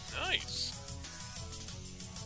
Nice